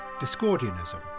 Discordianism